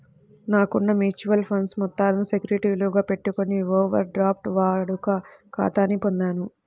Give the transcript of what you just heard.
నాకున్న mutual funds మొత్తాలను సెక్యూరిటీలుగా పెట్టుకొని ఓవర్ డ్రాఫ్ట్ వాడుక ఖాతాని పొందాను